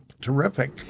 terrific